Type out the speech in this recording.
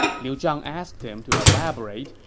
liu zhang asked him to elaborate,